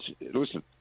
listen